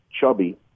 Chubby